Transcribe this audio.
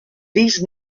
these